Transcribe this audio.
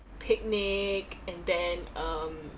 picnic and then um